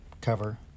cover